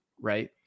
right